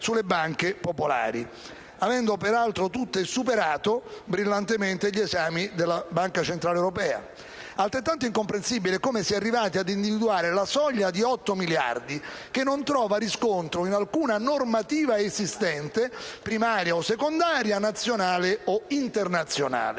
sulle banche popolari, avendo peraltro tutte superato brillantemente gli esami della Banca centrale europea. Altrettanto incomprensibile è come si sia arrivati ad individuare la soglia di otto miliardi, che non trova riscontro in alcuna normativa esistente, primaria o secondaria, nazionale o internazionale.